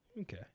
Okay